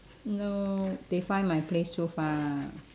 no they find my place too far